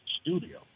studio